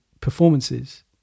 performances